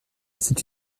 c’est